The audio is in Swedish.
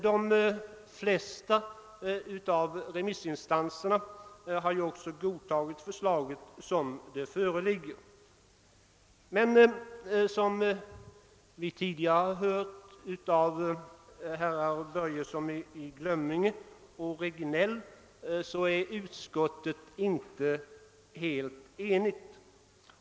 De flesta av remissinstanserna har ju också godtagit förslaget sådant det föreligger. Men som vi tidigare har hört av herrar Börjesson i Glömminge och Regnéll är utskottet inte helt enigt.